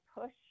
push